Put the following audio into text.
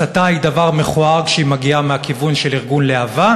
הסתה היא דבר מכוער כשהיא מגיעה מהכיוון של ארגון להב"ה,